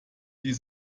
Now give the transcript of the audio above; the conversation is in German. die